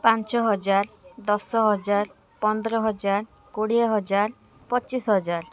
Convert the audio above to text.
ପାଞ୍ଚ ହଜାର ଦଶ ହଜାର ପନ୍ଦର ହଜାର କୋଡ଼ିଏ ହଜାର ପଚିଶ ହଜାର